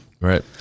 Right